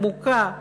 עמוקה.